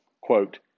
quote